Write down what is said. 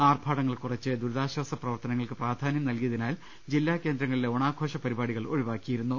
ആർഭാ ടങ്ങൾ കുറച്ച് ദൂരിതാശ്വാസ പ്രവർത്തനങ്ങൾക്ക് പ്രധാന്യം നൽകി യതിനാൽ ജില്ല കേന്ദ്രങ്ങളിലെ ഓണാഘോഷ പരിപാടികൾ ഒഴിവാ ക്കിയിരുന്നു